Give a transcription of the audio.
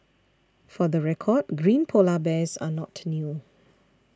for the record green Polar Bears are not new